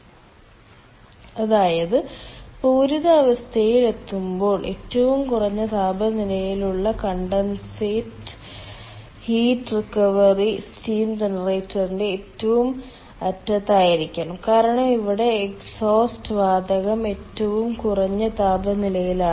അതിനാൽ അതായത് പൂരിത അവസ്ഥയിൽ എത്തുമ്പോൾ ഏറ്റവും കുറഞ്ഞ താപനിലയിലുള്ള കണ്ടൻസേറ്റ് ഹീറ്റ് റിക്കവറി സ്റ്റീം ജനറേറ്ററിന്റെ ഏറ്റവും അറ്റത്ത് ആയിരിക്കണം കാരണം ഇവിടെ എക്സ്ഹോസ്റ്റ് വാതകം ഏറ്റവും കുറഞ്ഞ താപനിലയിലാണ്